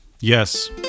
Yes